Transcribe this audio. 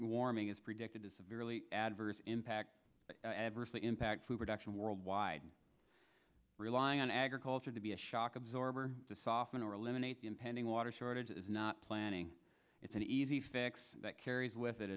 warming is predicted to severely adverse impact the impact food production worldwide relying on agriculture to be a shock absorber to soften or eliminate the impending water shortage is not planning it's an easy fix that carries with it